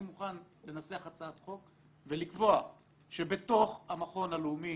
אני מוכן לנסח הצעת חוק ולקבוע שבתוך המכון הלאומי